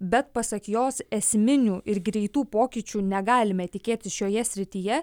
bet pasak jos esminių ir greitų pokyčių negalime tikėtis šioje srityje